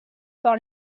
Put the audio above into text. par